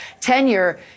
tenure